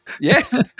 yes